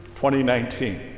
2019